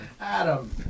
adam